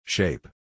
Shape